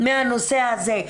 מהנושא הזה.